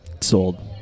Sold